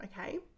Okay